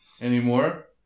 anymore